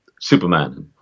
Superman